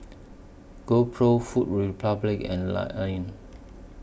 GoPro Food Republic and Lion Lion